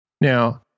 Now